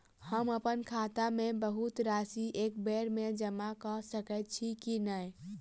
हम अप्पन खाता मे बहुत राशि एकबेर मे जमा कऽ सकैत छी की नै?